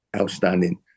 outstanding